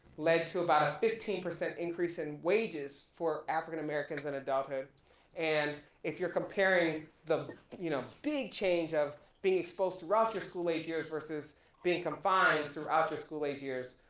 led to about a fifteen percent increase in wages for african americans in adulthood and if you're comparing, the you know, big change of being exposed throughout your school age years versus being confined throughout your school age years,